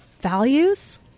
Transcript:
values